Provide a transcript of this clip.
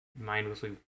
mindlessly